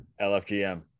lfgm